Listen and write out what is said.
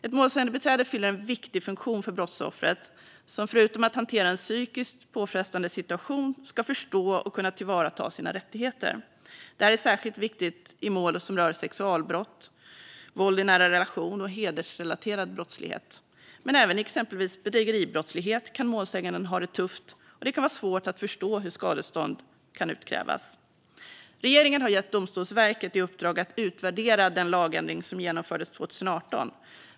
Ett målsägandebiträde fyller en viktig funktion för brottsoffret, som förutom att hantera en psykiskt påfrestande situation ska förstå och kunna tillvarata sina rättigheter. Det här är särskilt viktigt i mål som rör sexualbrott, våld i nära relation och hedersrelaterad brottslighet. Men även i mål som rör exempelvis bedrägeribrott kan målsäganden ha det tufft, och det kan vara svårt att förstå hur skadestånd kan utkrävas. Regeringen har gett Domstolsverket i uppdrag att utvärdera den lagändring som genomfördes 2018.